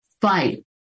fight